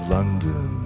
London